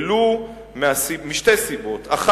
ולו משתי סיבות: האחת,